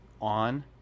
on